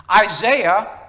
Isaiah